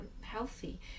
healthy